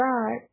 God